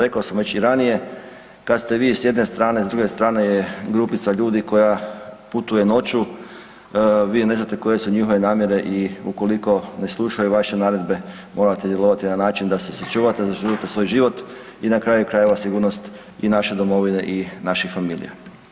Rekao sam već i ranije kad ste vi s jedne strane, s druge strane je grupica ljudi koja putuje noću, vi ne znate koje su njihove namjere i ukoliko ne slušaju vaše naredbe morate djelovati na način da se sačuvate, zaštite svoj život i na kraju krajeva sigurnost i naše domovine i naših familija.